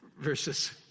versus